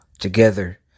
together